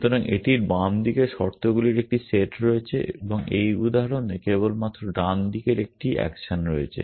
সুতরাং এটির বাম দিকে শর্তগুলির একটি সেট রয়েছে এবং এই উদাহরণে কেবলমাত্র ডান দিকের একটি অ্যাকশন রয়েছে